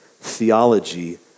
theology